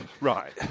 right